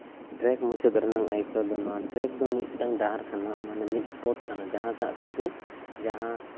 ᱴᱨᱮᱜᱽ ᱢᱩᱪᱟᱹᱫᱽ ᱨᱮᱭᱟᱜ ᱟᱹᱭᱠᱟᱹᱣ ᱫᱚ ᱴᱨᱮᱜᱽ ᱫᱚ ᱢᱤᱫᱴᱟᱝ ᱰᱟᱦᱟᱨ ᱠᱟᱱᱟ ᱚᱱᱟ ᱫᱚ ᱢᱤᱫ ᱯᱚᱛᱷ ᱠᱟᱱᱟ ᱡᱟᱦᱟᱸ ᱴᱟᱜ ᱛᱮᱜᱮ ᱡᱟᱦᱟᱸ